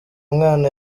mwana